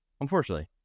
Unfortunately